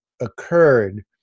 occurred